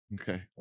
Okay